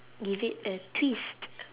give it a twist